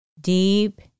deep